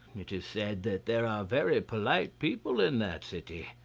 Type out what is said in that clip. it is said that there are very polite people in that city,